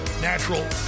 natural